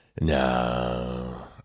No